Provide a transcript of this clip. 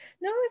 no